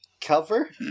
cover